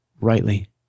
rightly